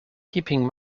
keeping